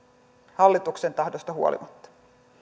hallituksen tahdosta huolimatta